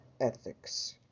ethics